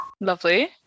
lovely